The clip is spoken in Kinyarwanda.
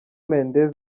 mendes